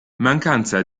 mancanza